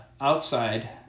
outside